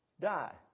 die